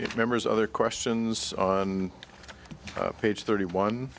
if members other questions on page thirty one